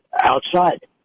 outside